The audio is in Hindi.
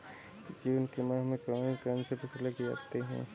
जून के माह में कौन कौन सी फसलें की जाती हैं?